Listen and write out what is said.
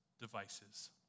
devices